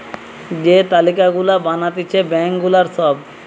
যে তালিকা গুলা বানাতিছে ব্যাঙ্ক গুলার সব